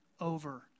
over